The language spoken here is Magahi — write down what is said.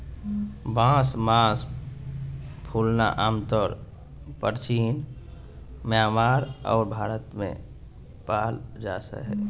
बांस मास फूलना आमतौर परचीन म्यांमार आर भारत में पाल जा हइ